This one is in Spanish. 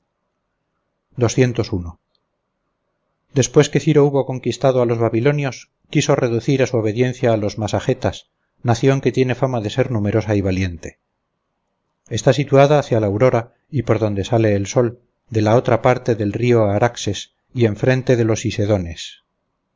después que ciro hubo conquistado a los babilonios quiso reducir a su obediencia a los masagetas nación que tiene fama de ser numerosa y valiente está situada hacia la aurora y por donde sale el sol de la otra parte del río araxes y enfrente de los